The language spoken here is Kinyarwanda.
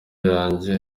yanjye